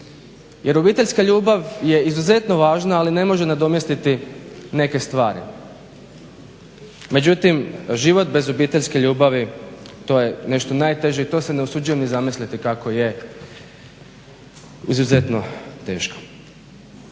Jer obiteljska ljubav je izuzetno važna, ali ne može nadomjestiti neke stvari. Međutim, život bez obiteljske ljubavi to je nešto najteže i to se ne usuđujem ni zamisliti kako je izuzetno teško.